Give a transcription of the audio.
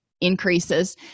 increases